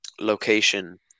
location